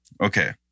Okay